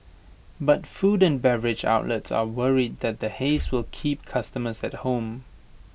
but food and beverage outlets are worried that the haze will keep customers at home